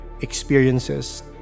experiences